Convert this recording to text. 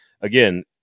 again